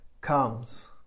comes